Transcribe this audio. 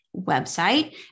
website